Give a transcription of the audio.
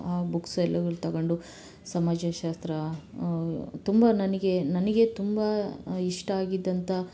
ಆ ಬುಕ್ಸ್ ಎಲ್ಲಗಳ್ನ್ ತಗೊಂಡು ಸಮಾಜಶಾಸ್ತ್ರ ತುಂಬ ನನಗೆ ನನಗೆ ತುಂಬ ಇಷ್ಟ ಆಗಿದ್ದಂಥ